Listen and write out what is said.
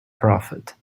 prophet